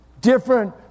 Different